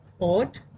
odd